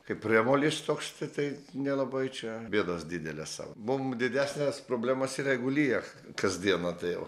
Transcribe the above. kaip priemolis toks ta tai nelabai čia bėdos didelės sau mums didesnes problemas yra jeigu lyja kasdieną tai